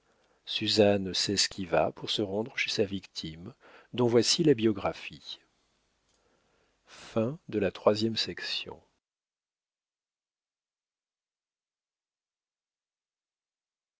suzanne s'esquiva pour se rendre chez sa victime dont voici la biographie